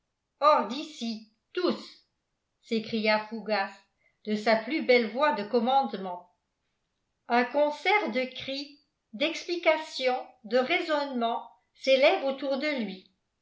d'ici tous s'écria fougas de sa plus belle voix de commandement un concert de cris d'explications de raisonnements s'élève autour de lui